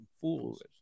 fools